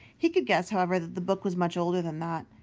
he could guess, however, that the book was much older than that.